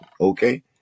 okay